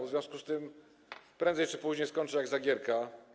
W związku z tym prędzej czy później skończy się jak za Gierka.